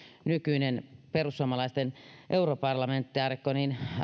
nykyinen perussuomalaisten europarlamentaarikko